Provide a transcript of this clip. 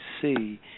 see